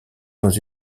dans